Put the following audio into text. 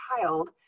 child